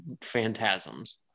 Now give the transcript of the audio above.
phantasms